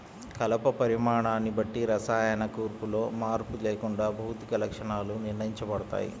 కలప పరిమాణాన్ని బట్టి రసాయన కూర్పులో మార్పు లేకుండా భౌతిక లక్షణాలు నిర్ణయించబడతాయి